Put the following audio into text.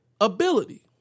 ability